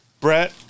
Brett